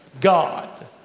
God